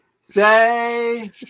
Say